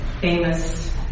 famous